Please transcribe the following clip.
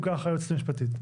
אם ככה היועצת המשפטית.